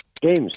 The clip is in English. Games